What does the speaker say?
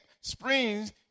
springs